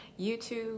YouTube